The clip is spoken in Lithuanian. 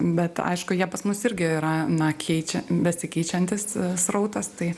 bet aišku jie pas mus irgi yra na keičia besikeičiantis srautas tai